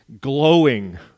glowing